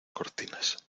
cortinas